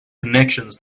connections